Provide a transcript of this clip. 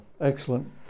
Excellent